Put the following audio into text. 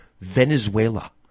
Venezuela